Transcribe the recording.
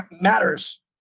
matters